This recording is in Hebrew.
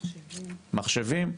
מחשבים.